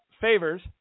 favors